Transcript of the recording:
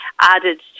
added